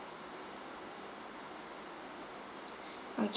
~ok